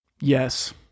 Yes